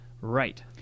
Right